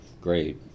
great